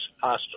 hostile